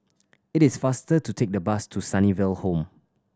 it is faster to take the bus to Sunnyville Home